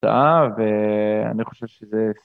תודה ואני חושב שזה